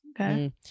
okay